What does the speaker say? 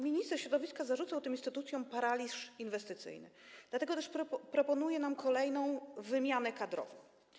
Minister środowiska zarzucał tym instytucjom paraliż inwestycyjny, dlatego też proponuje nam kolejną wymianę kadrową.